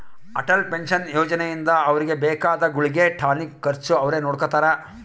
Atal pension ಯೋಜನೆ ಇಂದ ಅವ್ರಿಗೆ ಬೇಕಾದ ಗುಳ್ಗೆ ಟಾನಿಕ್ ಖರ್ಚು ಅವ್ರೆ ನೊಡ್ಕೊತಾರ